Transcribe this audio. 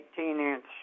18-inch